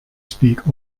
speak